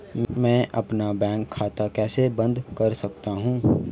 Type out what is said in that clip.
मैं अपना बैंक खाता कैसे बंद कर सकता हूँ?